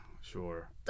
sure